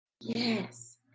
Yes